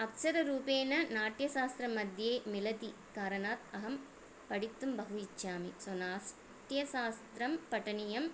अक्षररूपेण नाट्यशास्त्रमध्ये मिलति कारणात् अहं पठितुं बहु इच्छामि सो नाट्यशास्त्रं पठनीयम्